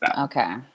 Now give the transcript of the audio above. Okay